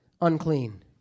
unclean